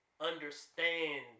understand